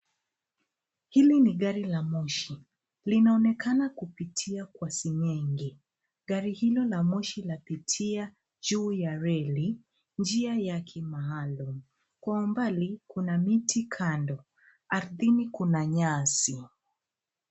Hili ni gari la moshi. Linaonekana kupitia kwa seng'enge. Gari hilo la moshi lapitia juu ya reli njia ya kimaalum. Kwa umbali kuna miti kando. Ardhini kuna nyasi.